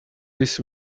this